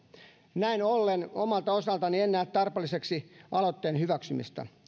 näin ollen omalta osaltani en näe tarpeelliseksi aloitteen hyväksymistä